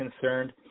concerned